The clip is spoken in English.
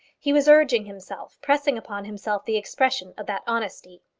he was urging himself, pressing upon himself the expression of that honesty.